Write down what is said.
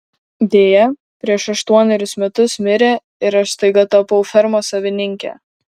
deja prieš aštuonerius metus mirė ir aš staiga tapau fermos savininke